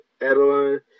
Adeline